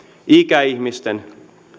ikäihmisten